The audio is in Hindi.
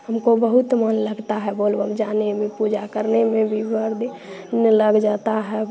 हमको बहुत मन लगता है बोल बम जाने में पूजा करने में भी दिन लग जाता है